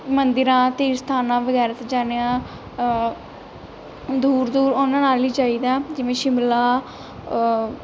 ਮੰਦਰਾਂ ਤੀਰਥ ਸਥਾਨਾਂ ਵਗੈਰਾ 'ਤੇ ਜਾਂਦੇ ਹਾਂ ਦੂਰ ਦੂਰ ਉਹਨਾਂ ਨਾਲ ਹੀ ਜਾਈਦਾ ਜਿਵੇਂ ਸ਼ਿਮਲਾ